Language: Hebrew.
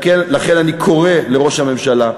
לכן אני קורא לראש הממשלה,